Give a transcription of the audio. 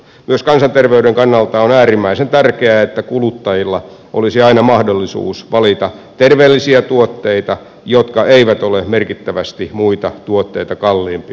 myös kansanterveyden kannalta on äärimmäisen tärkeää että kuluttajilla olisi aina mahdollisuus valita terveellisiä tuotteita jotka eivät ole merkittävästi muita tuotteita kalliimpia